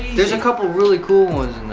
there's a couple really cool ones in there.